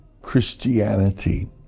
Christianity